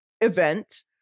event